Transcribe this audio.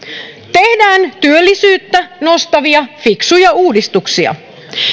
tehdään työllisyyttä nostavia fiksuja uudistuksia